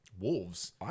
wolves